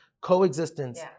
coexistence